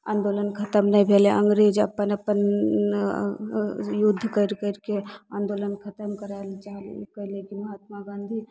आंदोलन खतम नहि भेलै अङ्ग्रेज अपन अपन युद्ध करि करिके आंदोलन खतम करै लऽ चाहलकै लेकिन महात्मा गाँधी